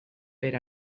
per